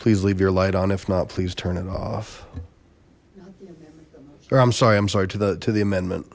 please leave your light on if not please turn it off sir i'm sorry i'm sorry to the to the amendment